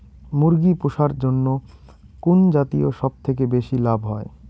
মুরগি পুষার জন্য কুন জাতীয় সবথেকে বেশি লাভ হয়?